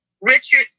Richard